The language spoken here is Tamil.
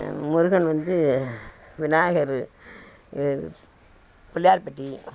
முருகன் வந்து விநாயகர் பிள்ளையார்பட்டி